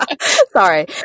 Sorry